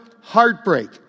heartbreak